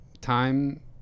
time